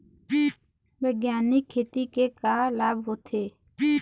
बैग्यानिक खेती के का लाभ होथे?